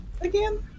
again